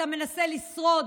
אתה מנסה לשרוד,